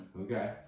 Okay